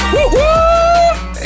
Woo